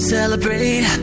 Celebrate